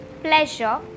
pleasure